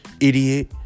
idiot